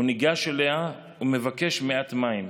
הוא ניגש אליה ומבקש מעט מים,